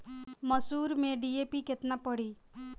मसूर में डी.ए.पी केतना पड़ी?